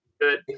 good